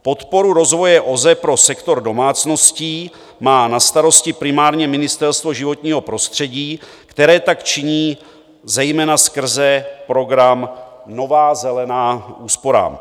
Podporu rozvoje OZE pro sektor domácností má na starost primárně Ministerstvo životního prostředí, které tak činí zejména skrze program Nová zelená úsporám.